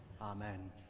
Amen